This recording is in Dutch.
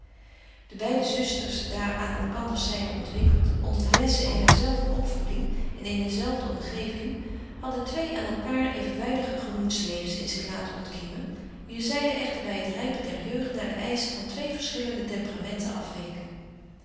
de beide zusters daar aan elkanders zijde ontwikkeld onder de lessen eener zelfde opvoeding in eene zelfde omgeving hadden twee aan elkaâr evenwijdige gemoedslevens in zich laten ontkiemen wier zijden echter bij het rijpen der jeugd naar de eischen van twee verschillende temperamenten afweken